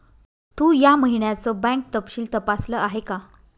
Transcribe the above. तू या महिन्याचं बँक तपशील तपासल आहे का?